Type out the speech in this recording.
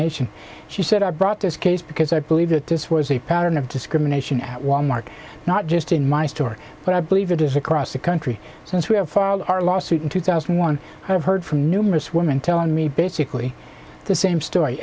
nation she said i brought this case because i believe that this was a pattern of discrimination at walmart not just in my store but i believe it is across the country since we have filed our lawsuit in two thousand one hundred heard from numerous women telling me basically the same story